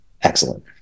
Excellent